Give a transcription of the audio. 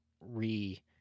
re